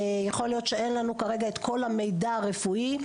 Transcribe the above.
יכול להיות שאין לנו כרגע את כל המידע הרפואי,